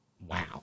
Wow